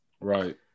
Right